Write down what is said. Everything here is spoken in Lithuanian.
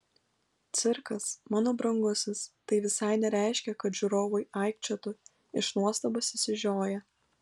cirkas mano brangusis tai visai nereiškia kad žiūrovai aikčiotų iš nuostabos išsižioję